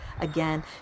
again